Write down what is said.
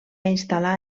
instal·lar